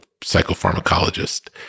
psychopharmacologist